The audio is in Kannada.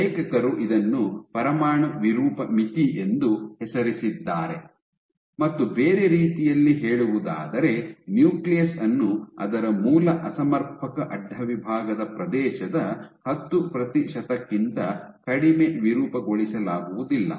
ಲೇಖಕರು ಇದನ್ನು ಪರಮಾಣು ವಿರೂಪ ಮಿತಿ ಎಂದು ಹೆಸರಿಸಿದ್ದಾರೆ ಮತ್ತು ಬೇರೆ ರೀತಿಯಲ್ಲಿ ಹೇಳುವುದಾದರೆ ನ್ಯೂಕ್ಲಿಯಸ್ ಅನ್ನು ಅದರ ಮೂಲ ಅಸಮರ್ಪಕ ಅಡ್ಡ ವಿಭಾಗದ ಪ್ರದೇಶದ ಹತ್ತು ಪ್ರತಿಶತಕ್ಕಿಂತ ಕಡಿಮೆ ವಿರೂಪಗೊಳಿಸಲಾಗುವುದಿಲ್ಲ